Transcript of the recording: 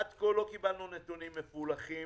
עד כה לא קיבלנו נתונים מפולחים